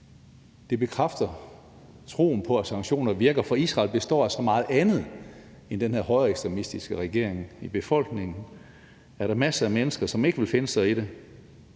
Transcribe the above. det bekræfter troen på, at sanktioner virker, for Israel består af så meget andet end den her højreekstremistiske regering. I befolkningen er der masser af mennesker, som ikke vil finde sig i det.